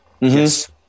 Yes